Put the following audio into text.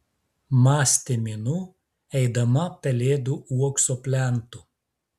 mąstė minu eidama pelėdų uokso plentu